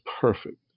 perfect